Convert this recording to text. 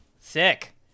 sick